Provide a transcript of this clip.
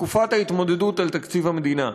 בתקופת ההתמודדות על תקציב המדינה,